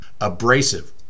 Abrasive